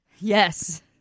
yes